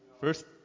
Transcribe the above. First